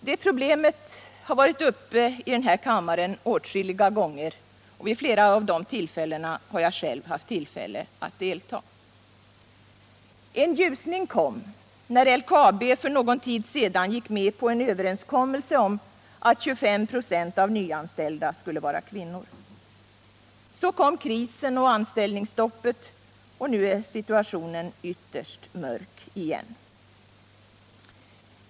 Det problemet har varit uppe i den här kammaren åtskilliga gånger. Vid flera av de tillfällena har jag själv deltagit i debatten. En ljusning kom när LKAB för någon tid sedan gick med på en överenskommelse om att 25 26 av nyanställda skulle vara kvinnor. Så kom krisen och anställningsstoppet. Nu är situationen ytterst mörk igen.